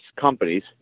companies